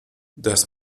dass